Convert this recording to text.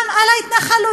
גם על ההתנחלויות.